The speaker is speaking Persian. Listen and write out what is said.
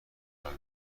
حال